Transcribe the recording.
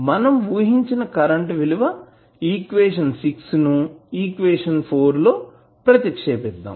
మనం ఊహించిన కరెంట్ విలువ ఈక్వేషన్ ను ఈక్వేషన్ లో ప్రతిక్షేపిద్దాం